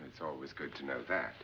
and it's always good to know that